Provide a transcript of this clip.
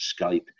Skype